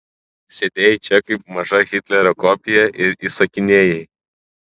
sėdėjai čia kaip maža hitlerio kopija ir įsakinėjai